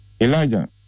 Elijah